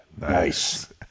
Nice